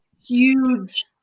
huge